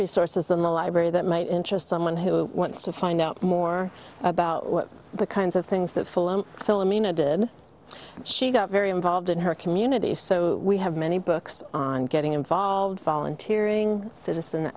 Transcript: resources in the library that might interest someone who wants to find out more about the kinds of things that philomena did she got very involved in her community so we have many books on getting involved volunteer ng citizen